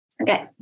Okay